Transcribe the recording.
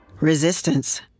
Resistance